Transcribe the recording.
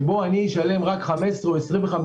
אני שותף או לא שותף?